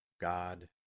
God